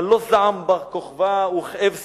אבל "לא זעם בר-כוכבא וכאב סיקריקין".